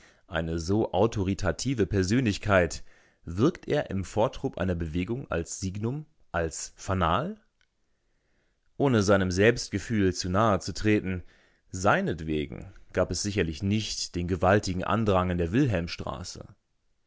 eine so autoritative persönlichkeit wirkt er im vortrupp einer bewegung als signum als fanal ohne seinem selbstgefühl zu nahe zu treten seinetwegen gab es sicherlich nicht den gewaltigen andrang in der